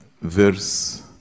verse